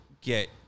get